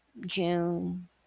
June